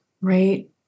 right